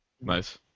Nice